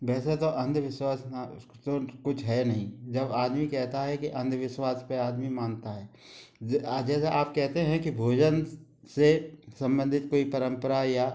वैसे तो अंधविश्वास तो कुछ है नहीं जब आदमी कहता है कि अंधविश्वास पे आदमी मानता है जो जैसे आप कहते हैं कि भोजन से सम्बंधित कोई परम्परा या